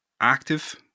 active